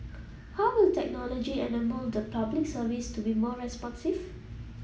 how will technology enable the Public Service to be more responsive